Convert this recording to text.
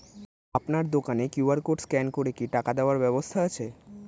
আপনার দোকানে QR code scan করে কি টাকা দেওয়ার ব্যবস্থা আছে?